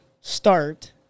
start